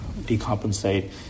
decompensate